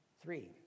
Three